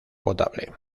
potable